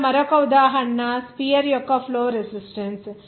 ఇక్కడ మరొక ఉదాహరణ స్పియర్ యొక్క ఫ్లో రెసిస్టన్స్